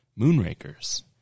Moonrakers